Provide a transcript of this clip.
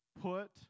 put